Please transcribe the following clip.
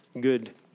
good